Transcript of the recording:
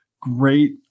great